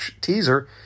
teaser